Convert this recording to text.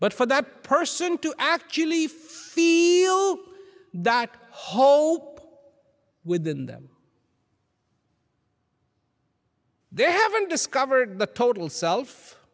but for that person to actually feel that hope within them they haven't discovered the total self